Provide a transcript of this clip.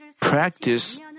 practice